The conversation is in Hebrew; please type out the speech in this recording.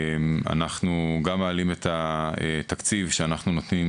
אנחנו גם מעלים את התקציב שאנחנו נותנים